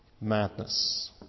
madness